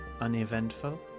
uneventful